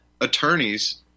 attorneys